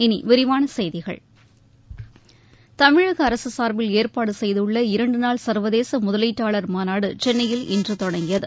இனி விரிவான செய்திகள் தமிழக அரசு சார்பில் ஏற்பாடு செய்துள்ள இரண்டு நாள் சர்வதேச முதலீட்டாளர் மாநாடு சென்னையில் இன்று தொடங்கியது